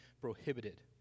prohibited